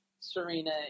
Serena